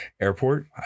Airport